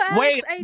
wait